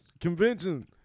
convention